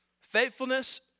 Faithfulness